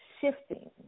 shifting